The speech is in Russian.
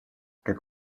как